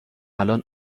الان